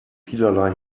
vielerlei